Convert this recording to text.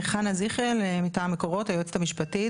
חנה זיכל, מטעם "מקורות", היועצת המשפטית.